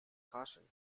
caution